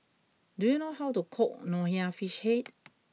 do you know how to cook Nonya Fish Head